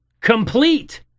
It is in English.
complete